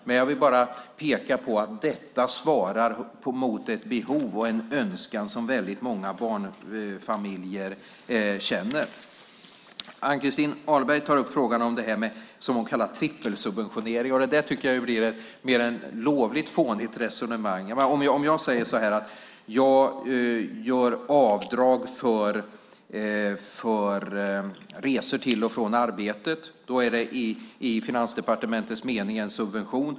Men jag vill bara peka på att detta svarar mot ett behov och en önskan som väldigt många barnfamiljer känner. Ann-Christin Ahlberg tar upp frågan om det som hon kallar trippelsubventionering. Det blir ett mer än lovligt fånigt resonemang. Jag kan säga att när jag gör avdrag för resor till och från arbetet är det i Finansdepartementets mening en subvention.